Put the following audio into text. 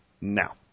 now